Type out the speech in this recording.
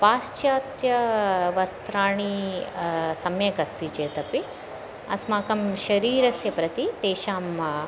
पाश्चात्यवस्त्राणि सम्यक् अस्ति चेतपि अस्माकं शरीरस्य प्रति तेषाम्